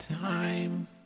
time